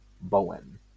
Bowen